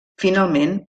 finalment